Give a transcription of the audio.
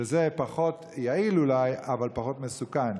שזה פחות יעיל, אולי, אבל פחות מסוכן.